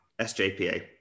SJPA